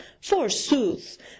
forsooth